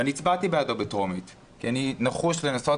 אני הצבעתי בעדה בקריאה הטרומית כי אני נחוש לנסות